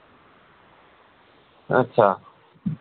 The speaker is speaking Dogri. अच्छा